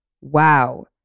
wow